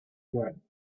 learn